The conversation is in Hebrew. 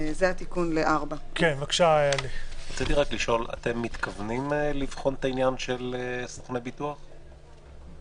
האם אתם מתכוונים לבחון את העניין של סוכני ביטוח?